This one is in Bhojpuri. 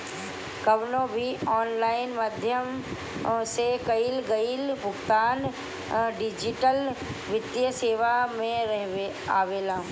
कवनो भी ऑनलाइन माध्यम से कईल गईल भुगतान डिजिटल वित्तीय सेवा में आवेला